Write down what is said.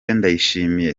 ndayishimiye